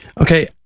okay